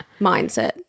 mindset